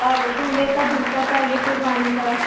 और दूल्हे का जूता चाहिए शेरवानी का